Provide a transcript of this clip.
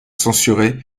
censurés